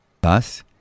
Thus